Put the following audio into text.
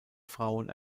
frauen